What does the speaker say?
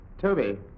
Toby